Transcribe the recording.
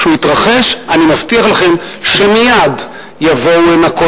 כשהוא יתרחש אני מבטיח לכם שמייד יבואו הנה כל